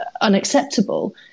unacceptable